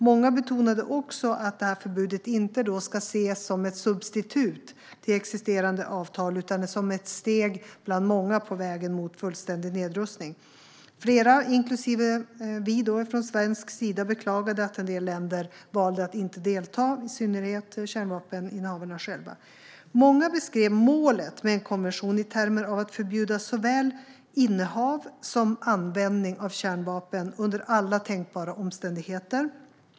Många betonade också att det här förbudet inte ska ses som ett substitut till existerande avtal, utan som ett steg bland många på vägen mot fullständig nedrustning. Flera, inklusive vi från svensk sida, beklagade att en del länder, i synnerhet kärnvapeninnehavarna själva, valde att inte delta. Många beskrev målet med en konvention i termer av att förbjuda såväl innehav som användning av kärnvapen under alla tänkbara omständigheter.